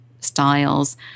styles